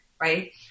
right